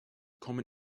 kommen